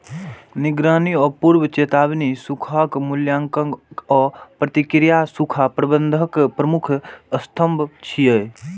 निगरानी आ पूर्व चेतावनी, सूखाक मूल्यांकन आ प्रतिक्रिया सूखा प्रबंधनक प्रमुख स्तंभ छियै